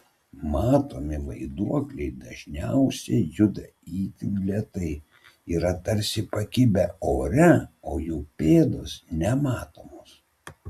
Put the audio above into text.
matomi vaiduokliai dažniausiai juda itin lėtai yra tarsi pakibę ore o jų pėdos nematomos